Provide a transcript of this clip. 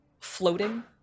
floating